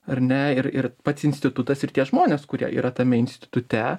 ar ne ir ir pats institutas ir tie žmonės kurie yra tame institute